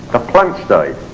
the plants died,